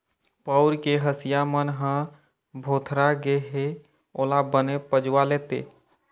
पउर के हँसिया मन ह भोथरा गे हे ओला बने पजवा लेते